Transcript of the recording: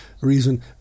reason